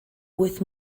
wyth